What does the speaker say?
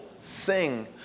sing